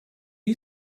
you